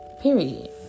Period